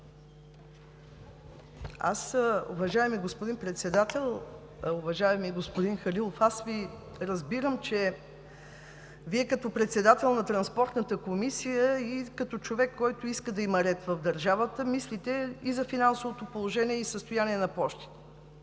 Уважаеми господин Председател! Уважаеми господин Летифов, аз Ви разбирам, че Вие като председател на Транспортната комисия и като човек, който иска да има ред в държавата, мислите и за финансовото положение, финансовото състояние на Пощите,